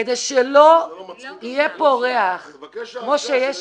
כדי שלא יהיה פה ריח כמו שיש